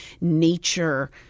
nature